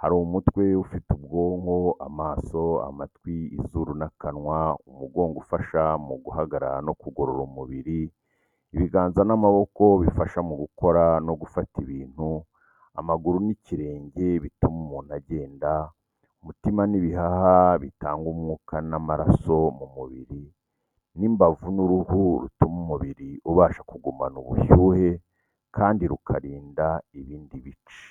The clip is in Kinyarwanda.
Hari umutwe ufite ubwonko, amaso, amatwi, izuru n’akanwa, umugongo ufasha mu guhagarara no kugorora umubiri, ibiganza n’amaboko bifasha gukora no gufata ibintu, amaguru n’ikirenge bituma umuntu agenda, umutima n’ibihaha bitanga umwuka n’amaraso mu mubiri, n’imbavu n’uruhu bituma umubiri ubasha kugumana ubushyuhe kandi rukarinda ibindi bice.